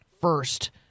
first